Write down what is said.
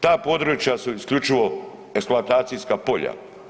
Ta područja su isključivo eksploatacijska polja.